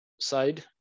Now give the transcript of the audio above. side